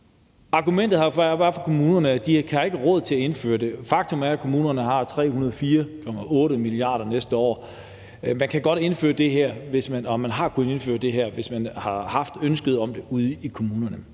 argumentet fra kommunerne var, at de ikke har råd til at indføre det. Faktum er, at kommunerne har 304,8 mia. kr. næste år. Man kan godt indføre det her, og man kunne indføre det, hvis man havde ønsket om det ude i kommunerne.